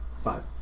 five